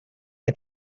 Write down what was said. que